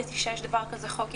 למדתי שיש דבר כזה חוק התיישנות.